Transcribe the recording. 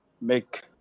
make